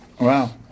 Wow